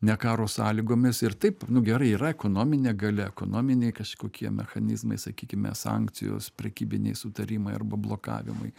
ne karo sąlygomis ir taip nu gerai yra ekonominė galia ekonominiai kažkokie mechanizmai sakykime sankcijos prekybiniai sutarimai arba blokavimai